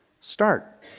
Start